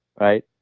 Right